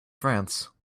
france